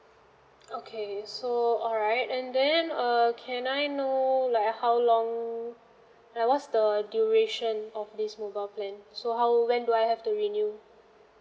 okay so alright and then err can I know like how long and what's the duration of this mobile plan so how when do I have to renew